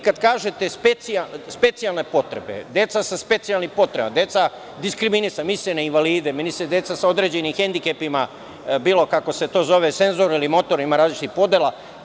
Kad kažete specijalne potrebe, deca sa specijalnim potrebama, deca diskriminisana, misli se na invalide, misli se na decu sa određenim hendikepima, bilo kako da se to zove, senzor ili motornim, ima različitih podelama.